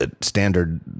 Standard